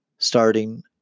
starting